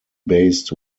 based